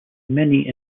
many